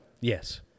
Yes